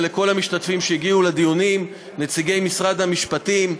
ולכל המשתתפים שהגיעו לדיונים: נציגי משרד המשפטים,